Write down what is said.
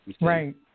Right